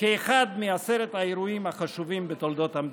כאחד מעשרת האירועים החשובים בתולדות המדינה.